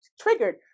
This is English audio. triggered